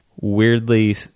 weirdly